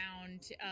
found